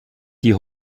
die